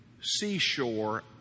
seashore